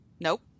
Nope